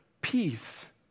peace